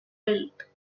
built